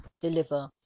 deliver